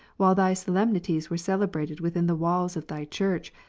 while thy solemnities were celebrated within the walls of thy church,